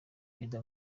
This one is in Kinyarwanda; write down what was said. prezida